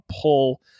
pull